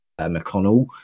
McConnell